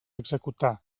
executar